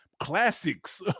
classics